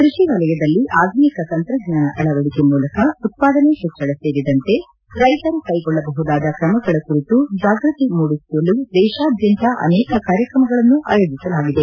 ಕೃಷಿ ವಲಯದಲ್ಲಿ ಆಧುನಿಕ ತಂತ್ರಜ್ವಾನ ಅಳವಡಿಕೆ ಮೂಲಕ ಉತ್ಪಾದನೆ ಹೆಚ್ಚಳ ಸೇರಿದಂತೆ ರೈತರು ಕ್ಟೆಗೊಳ್ಳಬಹುದಾದ ತ್ರಮಗಳ ಕುರಿತು ಜಾಗೃತಿ ಮೂಡಸಲು ದೇಶಾದ್ವಂತ ಅನೇಕ ಕಾರ್ಯಕ್ರಮಗಳನ್ನು ಆಯೋಜಿಸಲಾಗಿದೆ